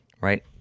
right